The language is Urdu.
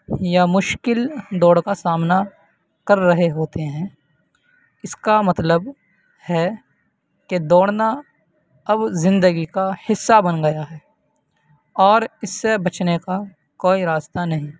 یا مشکل دوڑ کا سامنا کر رہے ہوتے ہیں اس کا مطلب ہے کہ دوڑنا اب زندگی کا حصہ بن گیا ہے اور اس سے بچنے کا کوئی راستہ نہیں